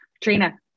Trina